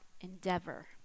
endeavor